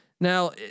Now